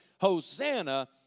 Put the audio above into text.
Hosanna